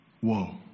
Whoa